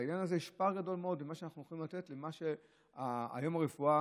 בעניין הזה יש פער גדול מאוד בין מה שאנחנו יכולים לתת למה שהיום הרפואה